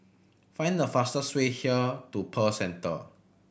find the fastest way here to Pearl Centre